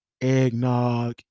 eggnog